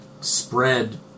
spread –